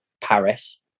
paris